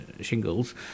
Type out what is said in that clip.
shingles